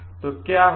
तो क्या होता है